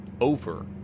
over